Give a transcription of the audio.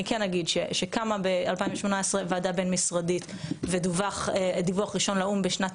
אני כן אגיד שקמה ב-2018 ועדה בין-משרדית ודווח דיווח ראשון לאו"ם בשנת